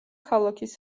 ქალაქის